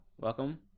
Welcome